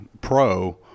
pro